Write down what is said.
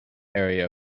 area